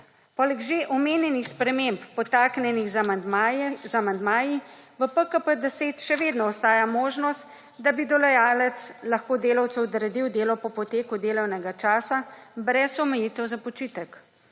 Poleg že omenjenih sprememb podtaknjenih z amandmaji v PKP10 še vedno ostaja možnost, da bi delodajalec lahko delavcu odredil delo po poteku delovnega časa brez omejitev za počitek.